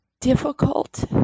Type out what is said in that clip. difficult